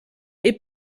est